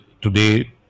today